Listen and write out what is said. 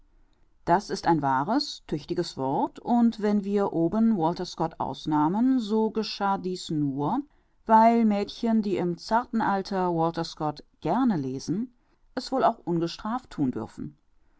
das ist ein wahres tüchtiges wort und wenn wir oben walter scott ausnahmen so geschah dies nur weil mädchen die im zarten alter w scott gerne lesen es wohl auch ungestraft thun dürfen